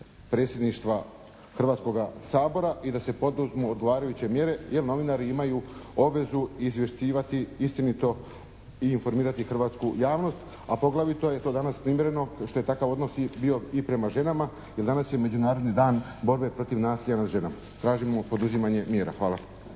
Predsjedništva Hrvatskoga sabora i da se poduzmu odgovarajuće mjere jer novinari imaju obvezu izvještavati istino i informirati hrvatsku javnost, a poglavito je to danas primjereno što je takav odnos bio i prema ženama, jer danas je Međunarodni borbe protiv nasilja nad ženama. Tražimo poduzimanje mjera. Hvala.